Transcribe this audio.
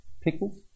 pickles